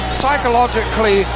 psychologically